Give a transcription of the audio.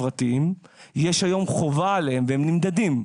היום יש עליהם חובה, והם נמדדים,